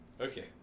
Okay